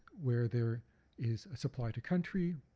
where there is a supply to country,